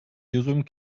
dürüm